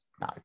no